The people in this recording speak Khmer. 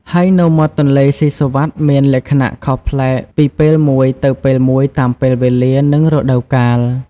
ហើយនៅមាត់ទន្លេសុីសុវត្ថិមានលក្ខណៈខុសប្លែកពីពេលមួយទៅពេលមួយតាមពេលវេលា និងរដូវកាល។